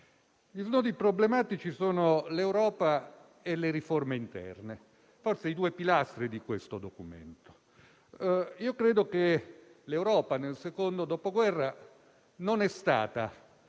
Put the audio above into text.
Gli snodi problematici sono l'Europa e le riforme interne, forse i due pilastri di questo documento. Credo che l'Europa nel Secondo dopoguerra non sia stata